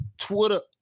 Twitter